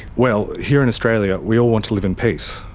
well, here in australia we all want to live in peace,